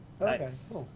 Nice